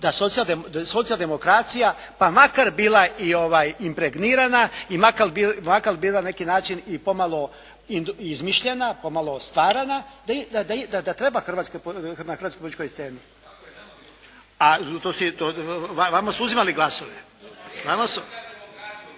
da socijaldemokracija pa makar bila i impregnirana i makar bila na neki način i pomalo izmišljena, pomalo starana, da treba na hrvatskoj političkoj sceni. …/Upadica se ne